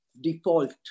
default